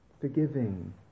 forgiving